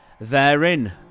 therein